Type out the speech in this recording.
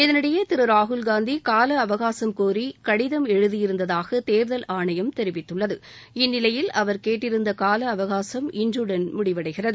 இதற்கிடையே திரு ராகுல்காந்தி கால அவகாசம் கோரி அவர் கடிதம் எழுதியிருந்தாக தேர்தல் ஆணையம் தெரிவித்துள்ளது இந்நிலையில் அவர் கேட்டிருந்த கால அவகாசம் இன்றுடன் முடிவடைகிறது